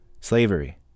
Slavery